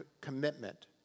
commitment